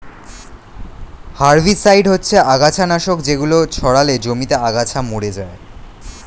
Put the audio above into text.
herbicide হচ্ছে আগাছানাশক যেগুলো ছড়ালে জমিতে আগাছা মরে যায়